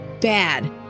bad